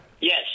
Yes